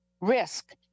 risk